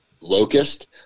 locust